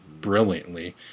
brilliantly